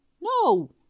No